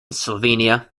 slovenia